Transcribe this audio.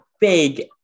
big